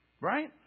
Right